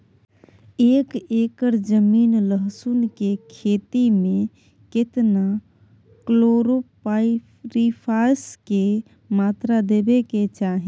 एक एकर जमीन लहसुन के खेती मे केतना कलोरोपाईरिफास के मात्रा देबै के चाही?